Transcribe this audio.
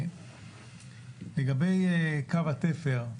לגבי קו התפר,